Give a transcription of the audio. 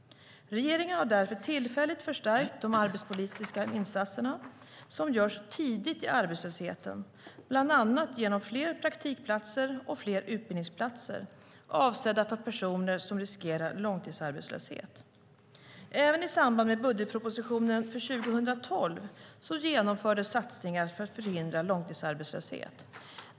Regeringen har därför tillfälligt förstärkt de arbetsmarknadspolitiska insatserna som görs tidigt i arbetslösheten, bland annat genom fler praktikplatser och fler utbildningsplatser avsedda för personer som riskerar långtidsarbetslöshet. Även i samband med budgetpropositionen för 2012 genomfördes satsningar för att förhindra långtidsarbetslöshet.